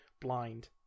blind